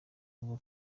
kuva